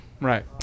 right